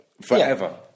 forever